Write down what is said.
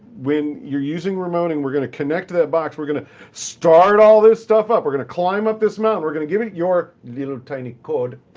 when you're using remoting, we're going to connect to that box. we're going to start all this stuff up. we're going to climb up this mountain. we're going to give it your little tiny code,